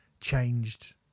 changed